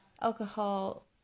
alcohol